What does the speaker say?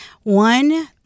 One